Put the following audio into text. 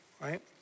right